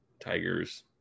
tigers